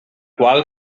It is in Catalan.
qual